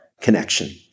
connection